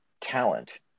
talent